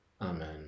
Amen